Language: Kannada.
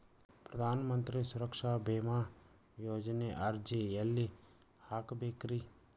ಪ್ರಧಾನ ಮಂತ್ರಿ ಸುರಕ್ಷಾ ಭೇಮಾ ಯೋಜನೆ ಅರ್ಜಿ ಎಲ್ಲಿ ಹಾಕಬೇಕ್ರಿ?